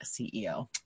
CEO